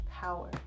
power